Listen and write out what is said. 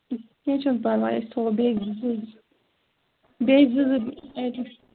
کیٚنٛہہ چھُنہٕ پَرواے أسۍ تھاوَو بیٚیہِ زٕ ژور بیٚیہِ زٕ زٕ آیٹَم